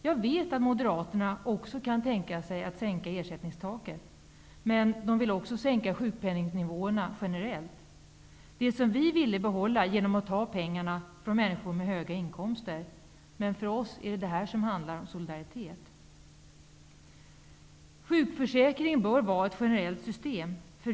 Jag vet att Moderaterna också kan tänka sig att sänka ersättningstaket. Men Moderaterna vill också sänka sjukpenningsnivåerna generellt i stäl let för att, som vi ville, bibehålla dem genom att ta pengarna från människor med höga inkomster. För oss handlar det här om solidaritet. Sjukförsäkringen bör vara ett generellt system.